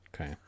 Okay